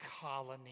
colony